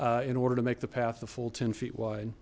in order to make the path the full ten feet wide